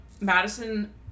Madison